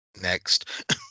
Next